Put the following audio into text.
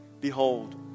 Behold